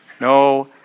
No